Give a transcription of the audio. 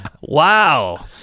Wow